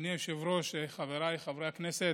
אדוני היושב-ראש, חבריי חברי הכנסת,